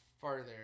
farther